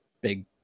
big